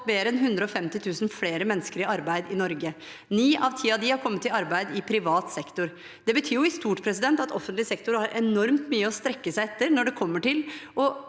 mer enn 150 000 flere mennesker i arbeid i Norge. Ni av ti av dem har kommet i arbeid i privat sektor. Det betyr i stort at offentlig sektor har enormt mye å strekke seg etter når det gjelder å